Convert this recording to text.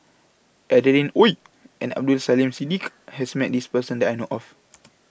Adeline Ooi and Abdul Aleem Siddique has Met This Person that I know of